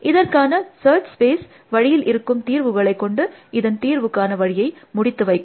இதற்கான search space வழியில் இருக்கும் தீர்வுகளை கொண்டு இதன் தீர்வுக்கான வழியை முடித்து வைக்கும்